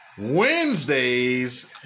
Wednesdays